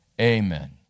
amen